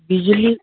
बिजली